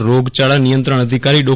જીલ્લા રોગયાળા નિયંત્રણ અધિકારી ડો